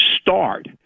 start